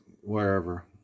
wherever